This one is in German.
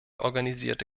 organisierte